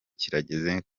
kirageze